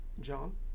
John